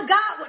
God